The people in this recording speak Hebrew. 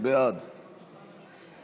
בעד